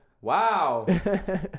Wow